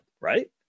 right